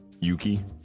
Yuki